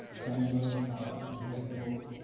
canvas, or blackboard.